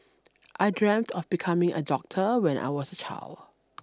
I dreamt of becoming a doctor when I was a child